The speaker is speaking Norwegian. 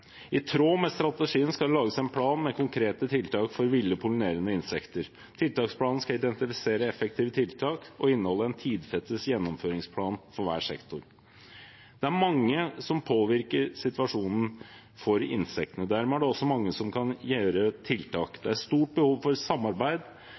I tråd med strategien skal det lages en plan med konkrete tiltak for ville pollinerende insekter. Tiltaksplanen skal identifisere effektive tiltak og inneholde en tidfestet gjennomføringsplan for hver sektor. Det er mange som påvirker situasjonen for insektene. Dermed er det også mange som kan gjøre tiltak.